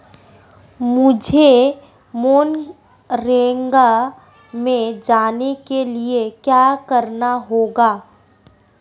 मुझे मनरेगा में जाने के लिए क्या करना होगा?